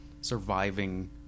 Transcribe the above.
surviving